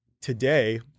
today